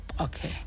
Okay